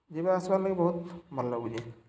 ଯିବା ଆସିବାର୍ ଲାଗି ବହୁତ୍ ଭଲ୍ ଲାଗୁଛେ